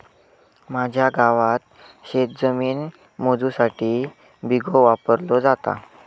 माझ्या गावात शेतजमीन मोजुसाठी बिघो वापरलो जाता